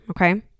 okay